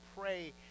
pray